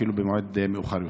אפילו במועד מאוחר יותר.